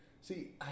See